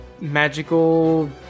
Magical